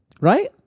right